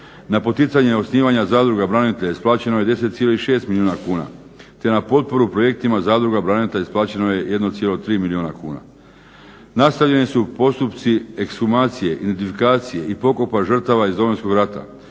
Na poticanje osnivanja zadruga branitelja isplaćeno je 10,6 milijuna kuna, te na potporu projektima zadruga branitelja isplaćeno je 1,3 milijuna kuna. Nastavljeni su postupci ekshumacije, identifikacije i pokopa žrtava iz Domovinskog rata,